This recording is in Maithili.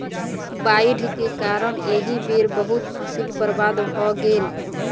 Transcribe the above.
बाइढ़ के कारण एहि बेर बहुत फसील बर्बाद भअ गेल